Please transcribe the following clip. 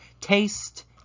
taste